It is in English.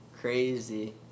crazy